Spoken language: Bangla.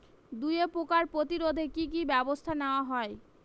দুয়ে পোকার প্রতিরোধে কি কি ব্যাবস্থা নেওয়া হয়?